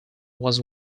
was